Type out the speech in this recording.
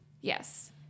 Yes